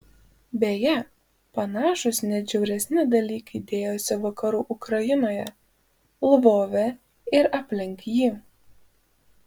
beje panašūs net žiauresni dalykai dėjosi vakarų ukrainoje lvove ir aplink jį